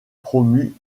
promu